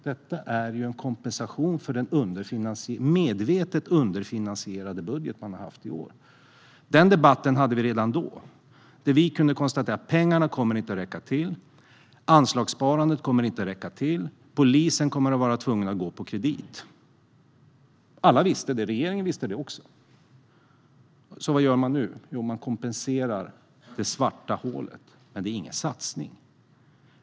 Detta är en kompensation för den medvetet underfinansierade budget man har haft i år. Den debatten hade vi redan då. Vi konstaterade att pengarna inte kommer att räcka, att anslagssparandet inte kommer att räcka, att polisen kommer att vara tvungen att gå på kredit. Alla visste det - regeringen visste det också. Så vad gör man nu? Jo, man kompenserar för det svarta hålet. Men det är ingen satsning.